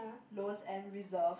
loans and reserves